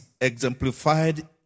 exemplified